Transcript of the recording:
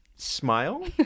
Smile